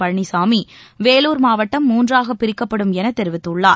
பழனிசாமி வேலூர் மாவட்டம் மூன்றாக பிரிக்கப்படும் என தெரிவித்துள்ளார்